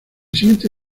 siguiente